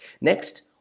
Next